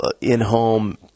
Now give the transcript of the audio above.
in-home